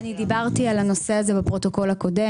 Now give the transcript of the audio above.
אני דיברתי על הנושא הזה בפרוטוקול הקודם.